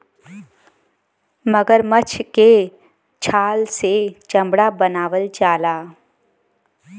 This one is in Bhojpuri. मगरमच्छ के छाल से चमड़ा बनावल जाला